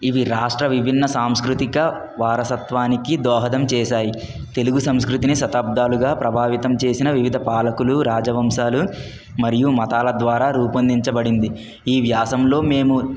ఇవి రాష్ట్ర విభిన్న సాంస్కృతిక వారసత్వానికి దోహదం చేశాయి తెలుగు సంస్కృతిని శతాబ్దాలుగా ప్రభావితం చేసిన వివిధ పాలకులు రాజవంశాలు మరియు మతాల ద్వారా రుపొందించబడింది ఈ వ్యాసంలో మేము